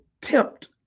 tempt